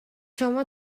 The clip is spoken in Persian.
شما